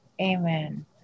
Amen